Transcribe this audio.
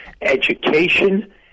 education